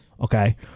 Okay